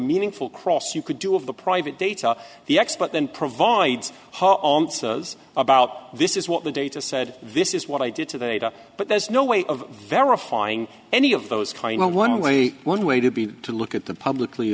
meaningful cross you could do of the private data the expert then provides about this is what the data said this is what i did to the ada but there's no way of verifying any of those kind of one only one way to be to look at the publicly